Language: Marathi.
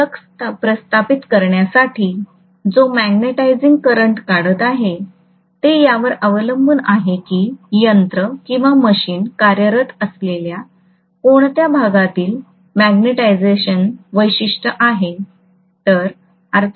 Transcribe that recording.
मी फ्लक्स प्रस्थापित करण्यासाठी जो मॅग्नेटिझिंग करंट काढत आहे ते यावर अवलंबून आहे कि यंत्र किंवा मशीन कार्यरत असलेल्या कोणत्या भागातील मॅग्नेटिझेशन वैशिष्ट्य आहे